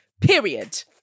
period